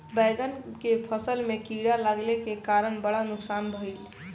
बैंगन के फसल में कीड़ा लगले के कारण बड़ा नुकसान भइल